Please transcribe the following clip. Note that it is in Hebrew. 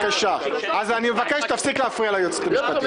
אז אני מבקש שתפסיק להפריע ליועצת המשפטית.